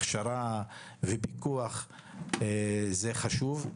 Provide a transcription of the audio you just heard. הכשרה ופיקוח זה חשוב,